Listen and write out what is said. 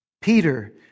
Peter